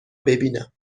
ببینم